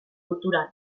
kulturan